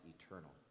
eternal